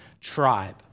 tribe